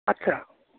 আচ্ছা